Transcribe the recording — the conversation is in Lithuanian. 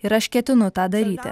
ir aš ketinu tą daryti